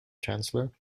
chancellor